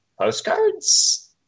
postcards